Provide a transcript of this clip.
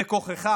שבכוחך